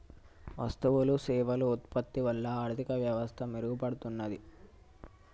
వస్తువులు సేవలు ఉత్పత్తి వల్ల ఆర్థిక వ్యవస్థ మెరుగుపడుతున్నాది